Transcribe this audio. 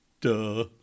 Duh